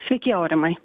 sveiki aurimai